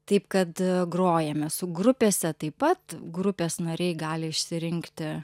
taip kad grojame su grupėse taip pat grupės nariai gali išsirinkti